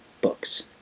books